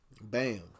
Bam